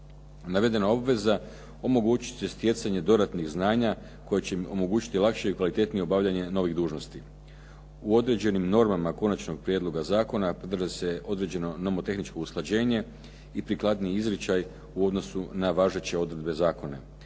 Navedena obveza omogućiti će stjecanje dodatnih znanja koje će im omogućiti lakše i kvalitetnije obavljanje novih dužnosti. U određenim normama konačnog prijedloga zakona podržava se određeno nomotehničko usklađenje i prikladniji izričaj u odnosu na važeće odredbe zakona.